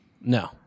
No